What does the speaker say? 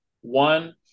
one